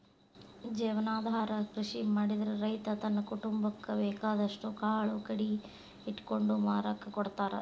ಜೇವನಾಧಾರ ಕೃಷಿ ಮಾಡಿದ್ರ ರೈತ ತನ್ನ ಕುಟುಂಬಕ್ಕ ಬೇಕಾದಷ್ಟ್ ಕಾಳು ಕಡಿ ಇಟ್ಕೊಂಡು ಮಾರಾಕ ಕೊಡ್ತಾರ